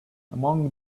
among